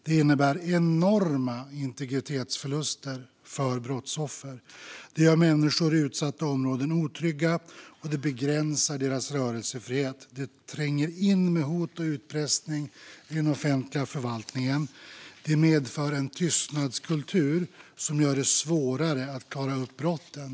Det innebär enorma integritetsförluster för brottsoffren. Det gör människor i utsatta områden otrygga, och det begränsar deras rörelsefrihet. Det tränger in med hot och utpressning i den offentliga förvaltningen. Det medför en tystnadskultur som gör det svårare att klara upp brotten.